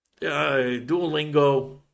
Duolingo